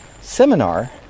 seminar